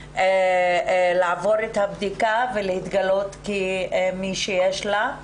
לעבור את הבדיקה ולהתגלות כמי שיש לה,